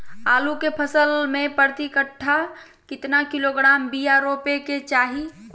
आलू के फसल में प्रति कट्ठा कितना किलोग्राम बिया रोपे के चाहि?